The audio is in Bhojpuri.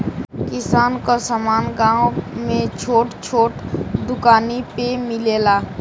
किराना क समान गांव में छोट छोट दुकानी पे मिलेला